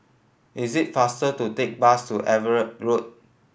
is it faster to take bus to Everitt Road